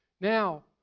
Now